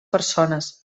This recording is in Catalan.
persones